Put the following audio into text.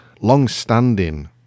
long-standing